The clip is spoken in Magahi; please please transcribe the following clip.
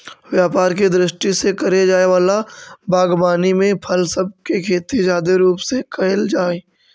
व्यापार के दृष्टि से करे जाए वला बागवानी में फल सब के खेती जादे रूप से कयल जा हई